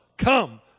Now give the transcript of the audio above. Come